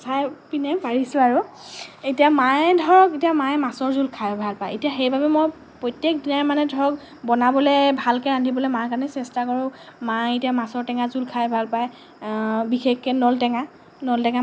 চাইপিনে পাৰিছোঁ আৰু এতিয়া মায়ে ধৰক এতিয়া মায়ে মাছৰ জোল খাই ভাল পায় এতিয়া সেইবাবে মই প্ৰত্যেকদিনাই মানে ধৰক বনাবলৈ ভালকে ৰান্ধিবলৈ মাৰ কাৰণেই চেষ্টা কৰোঁ মায়ে এতিয়া মাছৰ টেঙা জোল খাই ভাল পায় বিশেষকৈ নল টেঙা